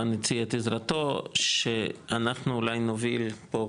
רן הציע את עזרתו שאנחנו אולי נוביל פה,